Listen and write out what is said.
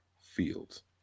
Fields